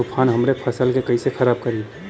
तूफान हमरे फसल के कइसे खराब करी?